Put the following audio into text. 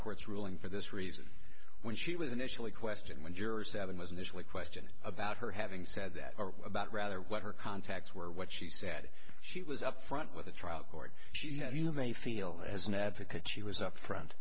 court's ruling for this reason when she was initially question when jury seven was initially questioned about her having said that about rather what her contacts were what she said she was up front with the trial court she said you may feel as an advocate she was up front